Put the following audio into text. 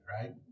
right